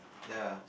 ya